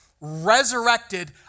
resurrected